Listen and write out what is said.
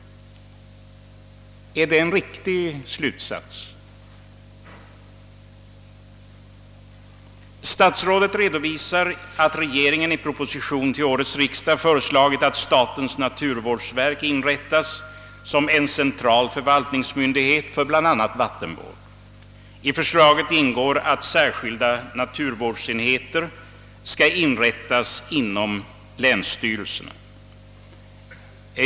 Är det en riktig slutsats? Statsrådet redovisar vidare att regeringen i proposition till årets riksdag föreslagit att ett nytt verk, statens naturvårdsverk, skall inrättas som central förvaltningsmyndighet för bl.a. vattenvård. I förslaget ingår att särskilda naturvårdsenheter inrättas inom länsstyrelserna.